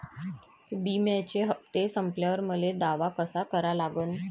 बिम्याचे हप्ते संपल्यावर मले दावा कसा करा लागन?